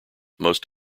most